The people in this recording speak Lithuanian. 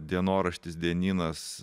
dienoraštis dienynas